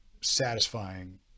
satisfying